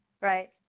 Right